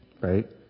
Right